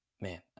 man